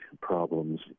problems